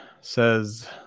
says